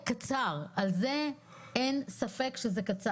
קצר, אין בכך ספק.